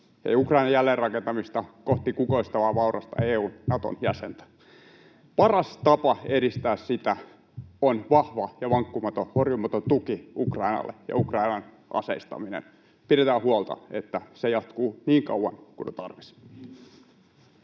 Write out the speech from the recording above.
ja Ukrainan jälleenrakentamista kohti kukoistavaa, vaurasta EU:n ja Naton jäsentä. Paras tapa edistää sitä on vahva ja vankkumaton, horjumaton tuki Ukrainalle ja Ukrainan aseistaminen. Pidetään huolta, että se jatkuu niin kauan kuin on tarvis.